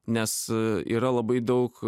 nes yra labai daug